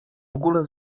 ogóle